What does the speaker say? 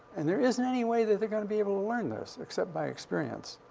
and there isn't any way that they're gonna be able to learn this except by experience.